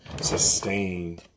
sustain